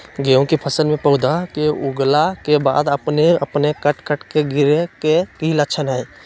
गेहूं के फसल में पौधा के उगला के बाद अपने अपने कट कट के गिरे के की लक्षण हय?